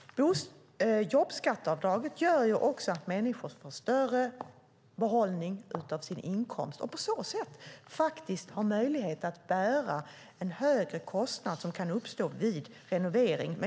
Jobbskatteavdraget gör ju att människor får större behållning av sin inkomst och på så sätt faktiskt har möjlighet att bära en högre kostnad som kan uppstå vid renovering.